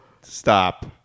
Stop